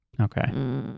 Okay